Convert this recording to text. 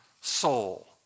soul